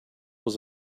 was